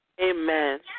Amen